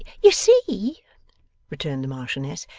you see returned the marchioness,